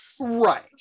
right